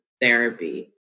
therapy